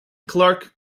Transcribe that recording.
clark